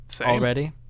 already